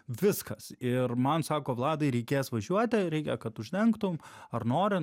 viskas ir man sako vladai reikės važiuoti reikia kad uždengtum ar nori